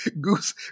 Goose